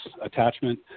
attachment